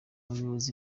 buyobozi